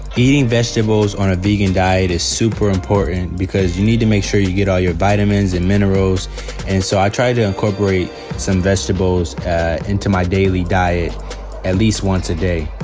eating on a vegan diet is super important because you need to make sure you get all your vitamins and minerals and so i try to incorporate some vegetables into my daily diet at least once a day.